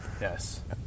yes